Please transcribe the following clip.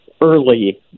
early